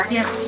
Yes